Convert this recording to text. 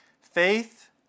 Faith